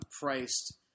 priced